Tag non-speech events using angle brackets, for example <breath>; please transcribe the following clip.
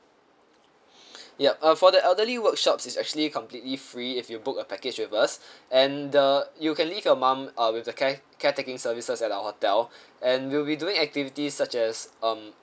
<breath> yup uh for the elderly workshops it's actually completely free if you book a package with us <breath> and the you can leave your mom uh with the care care taking services at our hotel <breath> and we'll be doing activities such as um